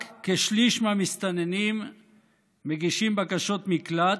רק כשליש מהמסתננים מגישים בקשות מקלט,